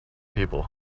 people